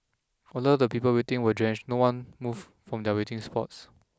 although the people waiting are drenched no one moved from their waiting spots